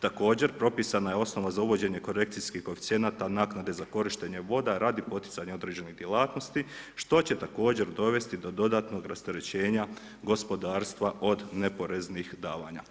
Također propisana je osnova za uvođenje korekcijskih koeficijenata naknade za korištenje voda radi poticanja određenih djelatnosti što će također dovesti do dodatnog rasterećenja gospodarstva od neporeznih davanja.